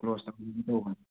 close ꯇꯧꯖꯅꯤꯡ ꯇꯧꯕꯅꯤ